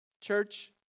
Church